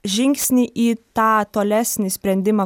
žingsnį į tą tolesnį sprendimą